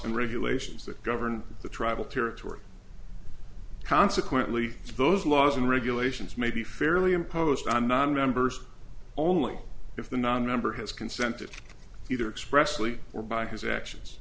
and regulations that govern the tribal territory consequently those laws and regulations may be fairly imposed on nonmembers only if the non member has consented either expressly or by his actions